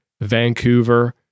Vancouver